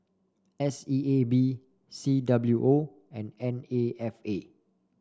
S E A B C W O and N A F A